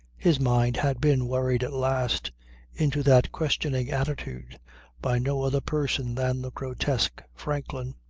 his mind had been worried at last into that questioning attitude by no other person than the grotesque franklin.